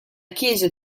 chiesa